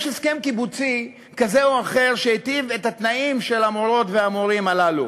יש הסכם קיבוצי כזה או אחר שהיטיב את התנאים של המורות והמורים הללו,